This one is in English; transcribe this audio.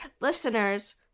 listeners